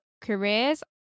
careers